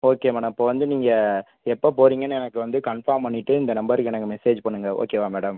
okay madam இப்போ வந்து நீங்கள் எப்போ போகிறீங்கனு எனக்கு வந்து கன்ஃபார்ம் பண்ணிகிட்டு இந்த நம்பருக்கு எனக்கு மெசேஜ் பண்ணுங்கள் ஓகேவா மேடம்